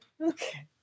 Okay